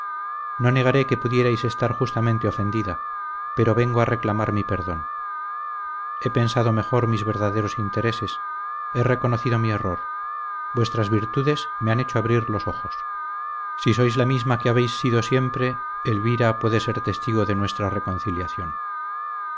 no negaré que pudierais estar justamente ofendida pero vengo a reclamar mi perdón he pensado mejor mis verdaderos intereses he reconocido mi error vuestras virtudes me han hecho abrir los ojos si sois la misma que habéis sido siempre elvira puede ser testigo de nuestra reconciliación